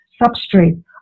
substrate